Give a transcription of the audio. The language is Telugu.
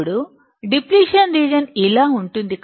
ఇప్పుడు డిప్లిషన్ రీజియన్ ఇలా ఉంటుంది